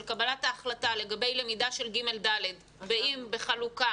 קבלת ההחלטה לגבי למידה של כיתות ג'-ד' בחלוקה